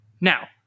Now